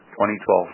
2012